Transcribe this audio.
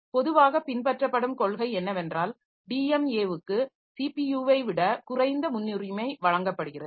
பொதுவாக பின்பற்றப்படும் கொள்கை என்னவென்றால் டிஎம்ஏ க்கு ஸிபியுவை விட குறைந்த முன்னுரிமை வழங்கப்படுகிறது